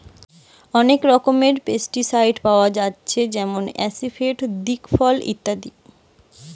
অনেক রকমের পেস্টিসাইড পাওয়া যায়তিছে যেমন আসিফেট, দিকফল ইত্যাদি